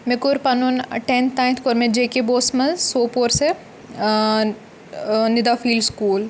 مےٚ کوٚر پَنُن ٹٮ۪نتھ تانتھ کوٚر مےٚ جے کے بوس منٛز سوپور سے نِدافیٖل سکوٗل